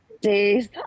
days